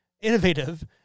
innovative